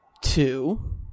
two